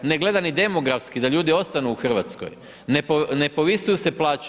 Ne gleda ni demografski da ljudi ostaju u Hrvatskoj, ne povisuju se plaće.